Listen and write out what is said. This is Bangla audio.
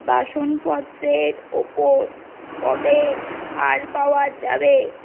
বাসনপত্রের ওপর কবে ছাড় পাওয়া যাবে